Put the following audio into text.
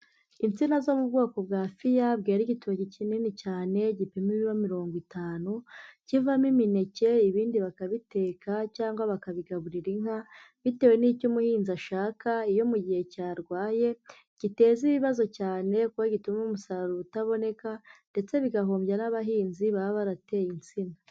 Insina zo mu bwoko bwa fiya bwera igitoki kinini cyane gipima ibiro mirongo itanu kivamo imineke, ibindi bakabiteka cyangwa bakabigaburira inka bitewe n'icyo umuhinzi ashaka, iyo mu gihe cyarwaye giteza ibibazo cyane kuko gituma umusaruro utaboneka ndetse bigahombya n'abahinzi baba barateye insina.